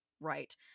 right